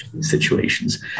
Situations